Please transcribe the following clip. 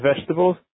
vegetables